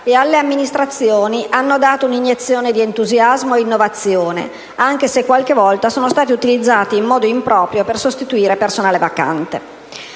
e alle amministrazioni un'iniezione di entusiasmo e innovazione, anche se qualche volta sono stati utilizzati in modo improprio per sostituire personale vacante.